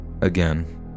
Again